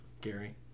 Gary